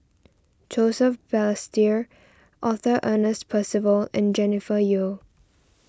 Joseph Balestier Arthur Ernest Percival and Jennifer Yeo